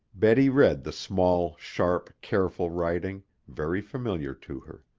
betty read the small, sharp, careful writing, very familiar to her.